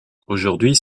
aujourd’hui